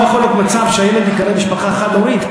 לא יכול היות מצב שהילד ייקרא ילד למשפחה חד-הורית,